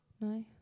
No